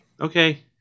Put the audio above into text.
Okay